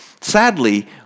Sadly